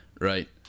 right